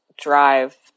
drive